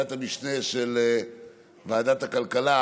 ועדת המשנה של ועדת הכלכלה,